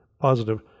positive